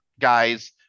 guys